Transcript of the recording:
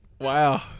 Wow